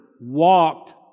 walked